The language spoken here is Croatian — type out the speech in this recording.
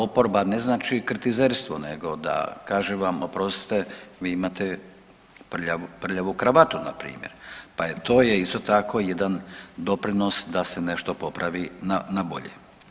Oporba ne znači kritizerstvo nego da kaže vam oprostite vi imate prljavu kravatu npr. pa je to je isto tako jedan doprinos da se nešto popravi na bolje.